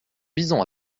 visant